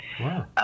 Wow